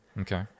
Okay